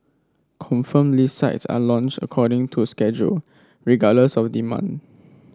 confirmed list sites are launched according to schedule regardless of demand